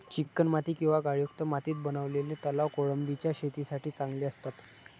चिकणमाती किंवा गाळयुक्त मातीत बनवलेले तलाव कोळंबीच्या शेतीसाठी चांगले असतात